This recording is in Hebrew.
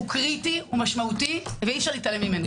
הוא קריטי, הוא משמעותי ואי אפשר להתעלם ממנו.